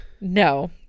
No